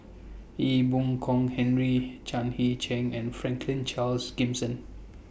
Ee Boon Kong Henry Chan Heng Chee and Franklin Charles Gimson